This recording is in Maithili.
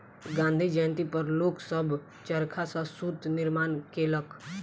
गाँधी जयंती पर लोक सभ चरखा सॅ सूत निर्माण केलक